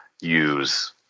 use